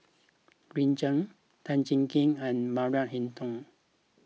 Green Zeng Tan Jiak Kim and Maria Hertogh